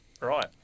Right